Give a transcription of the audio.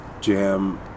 jam